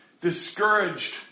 discouraged